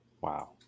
Wow